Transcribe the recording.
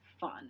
fun